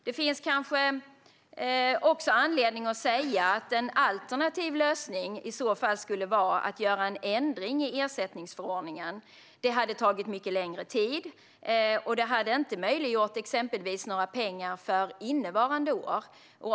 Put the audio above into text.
Det finns kanske också anledning att säga att en alternativ lösning i så fall skulle vara att göra en ändring i ersättningsförordningen. Det hade tagit mycket längre tid, och det hade inte möjliggjort exempelvis några pengar för innevarande år.